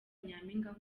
nyampinga